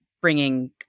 bringing